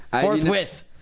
forthwith